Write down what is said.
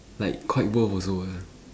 like quite worth also ah